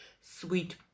sweet